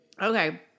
Okay